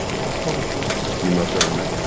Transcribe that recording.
before mr. woods goes you most certainly may.